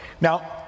Now